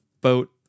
boat